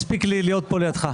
מספיק לי להיות פה לידך.